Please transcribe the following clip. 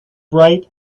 bright